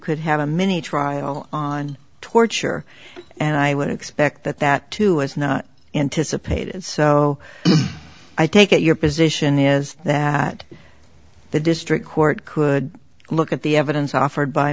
could have a mini trial on torture and i would expect that that too was not anticipated so i take it your position is that the district court could look at the evidence offered by